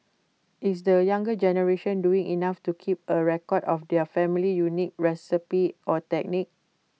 is the younger generation doing enough to keep A record of their family's unique recipes or techniques